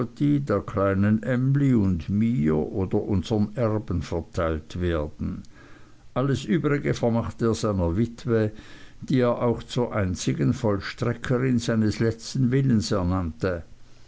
der kleinen emly und mir oder unsern erben verteilt werden alles übrige vermachte er seiner witwe die er auch zur einzigen vollstreckerin seines letzten willens ernannte